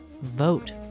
vote